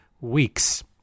weeks